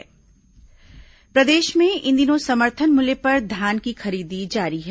धान खरीदी प्रदेश में इन दिनों समर्थन मूल्य पर धान की खरीदी जारी है